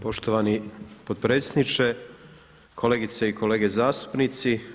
Poštovani potpredsjedniče, kolegice i kolege zastupnici.